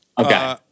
Okay